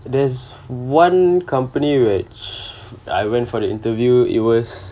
there's one company which I went for the interview it was